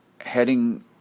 heading